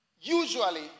Usually